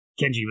kenji